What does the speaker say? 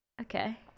Okay